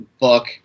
book